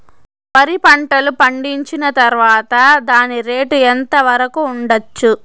వరి పంటలు పండించిన తర్వాత దాని రేటు ఎంత వరకు ఉండచ్చు